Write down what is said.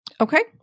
Okay